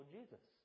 Jesus